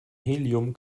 helium